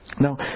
Now